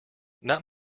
not